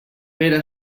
pere